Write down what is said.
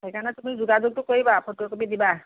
সেইকাৰণে তুমি যোগাযোগতো কৰিবা ফটো একপি দিবা